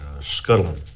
scuttling